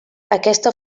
aquesta